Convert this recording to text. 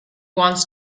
wants